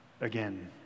again